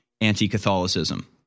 anti-Catholicism